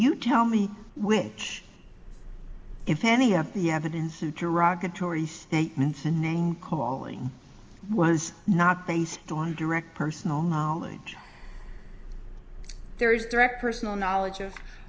you tell me which if any of the evidence and derogatory statements and name calling was not based on direct personal knowledge there is direct personal knowledge of